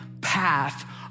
path